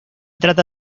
trata